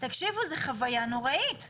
תקשיבו זה חוויה נוראית,